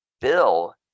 Bill